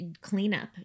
cleanup